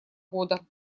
года